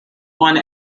one